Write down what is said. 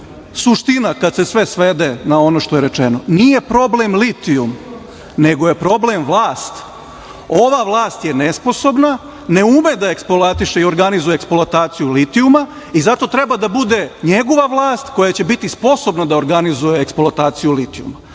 suština, kad se sve svede na ono što je rečeno – nije problem litijum nego je problem vlast, ova vlast je nesposobna, ne ume da eksploatiše i organizuje eksploataciju litijuma i zato treba da bude njegova vlast koja će biti sposobna da organizuje eksploataciju litijuma,